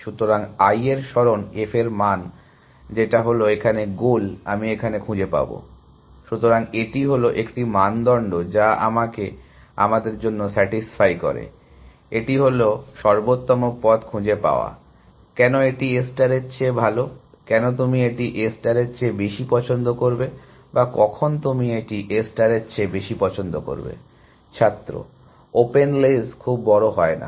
সুতরাং I এর সরণ f এর মান যেটা হলো এখানে গোল আমি এখানে খুঁজে পাবসুতরাং এটি হলো একটি মানদণ্ড যা আমাদের জন্য স্যাটিসফাই করে এটি হল এটি সর্বোত্তম পথ খুঁজে পায় কেন এটি A স্টারের চেয়ে ভাল কেন তুমি এটি A স্টারের চেয়ে বেশি পছন্দ করবে বা কখন তুমি এটি A স্টারের চেয়ে বেশি পছন্দ করবে । ছাত্র ওপেন লেইস খুব বড় হয় না